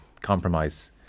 compromise